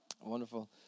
Wonderful